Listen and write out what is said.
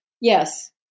yes